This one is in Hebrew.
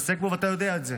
ואתה יודע את זה.